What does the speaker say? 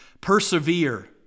persevere